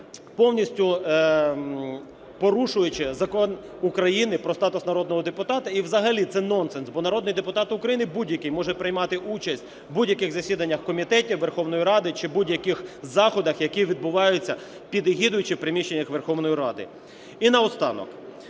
повністю порушуючи Закон України про статус народного депутата. І взагалі це нонсенс, бо народний депутат України будь-який може приймати участь у будь-яких засіданнях комітетів Верховної Ради чи будь-яких заходах, які відбуваються під егідою чи в приміщеннях Верховної Ради. І наостанок.